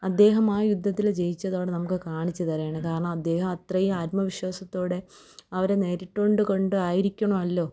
അദ്ദേഹം ആ യുദ്ധത്തിൽ ജയിച്ചതോടെ നമുക്ക് കാണിച്ച് തരുവാണ് കാരണം അദ്ദേഹം അത്രയും ആത്മവിശ്വാസത്തോടെ അവരെ നേരിട്ടതുകൊണ്ട് കൊണ്ടായിരിക്കണമല്ലോ